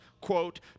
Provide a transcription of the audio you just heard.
quote